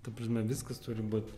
ta prasme viskas turi būt